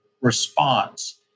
response